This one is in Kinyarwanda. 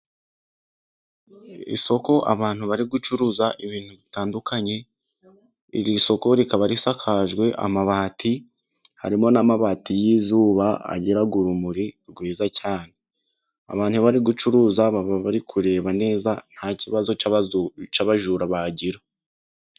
Isoko abantu bari gucuruza ibintu bitandukanye, iri soko rikaba risakajwe amabati, harimo n'amabati y'izuba agira urumuri rwiza cyane, abantu bari gucuruza bari kureba neza nta kibazo cy'abajura bagira.